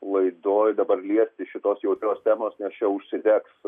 laidoj dabar liesti šitos jautrios temos nes čia užsidegs